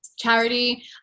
charity